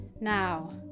Now